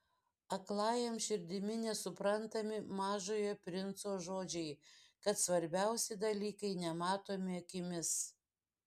aklajam širdimi nesuprantami mažojo princo žodžiai kad svarbiausi dalykai nematomi akimis